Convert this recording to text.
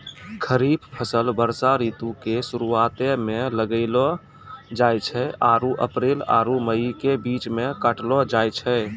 खरीफ फसल वर्षा ऋतु के शुरुआते मे लगैलो जाय छै आरु अप्रैल आरु मई के बीच मे काटलो जाय छै